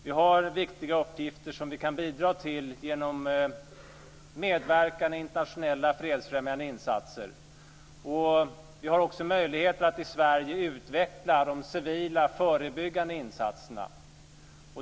Vi har viktiga uppgifter som vi kan bidra till genom medverkan i internationella fredsfrämjande insatser. Vi har också möjligheten att i Sverige utveckla de civila förebyggande insatserna.